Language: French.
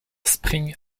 spring